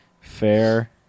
Fair